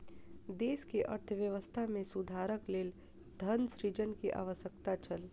देश के अर्थव्यवस्था में सुधारक लेल धन सृजन के आवश्यकता छल